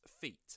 feet